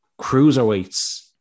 cruiserweights